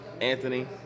Anthony